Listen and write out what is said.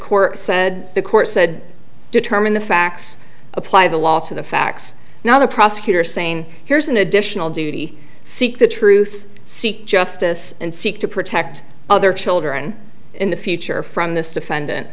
court said the court said determine the facts apply the law to the facts now the prosecutor saying here's an additional duty seek the truth seek justice and seek to protect other children in the future from this defendant